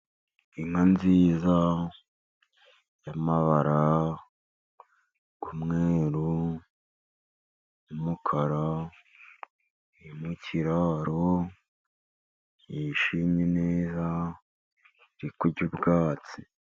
Inka nziza y'amabara y'umweru n'umukara, iri mu kiraro yishimye neza, iri kurya ubwatsi.